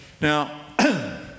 now